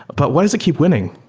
but why does it keep winning?